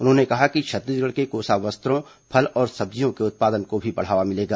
उन्होंने कहा कि छत्तीसगढ़ के कोसा वस्त्रों फल और सब्जियों के उत्पादन को भी बढ़ावा मिलेगा